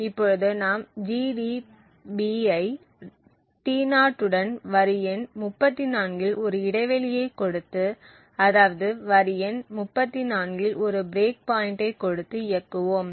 இப்பொழுது நாம் gdb ஐ T0உடன் வரி எண் 34 இல் ஒரு இடைவெளியை கொடுத்து அதாவது வரி எண் 34இல் ஒரு பிரேக் பாயின்ட் ஐ கொடுத்து இயக்குவோம்